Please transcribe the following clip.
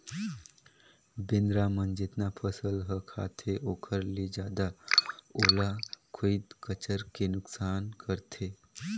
बेंदरा मन जेतना फसल ह खाते ओखर ले जादा ओला खुईद कचर के नुकनास करथे